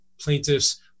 plaintiff's